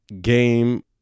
game